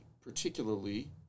particularly